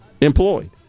employed